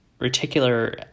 reticular